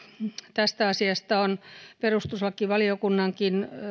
tästä asiasta on perustuslakivaliokunnankin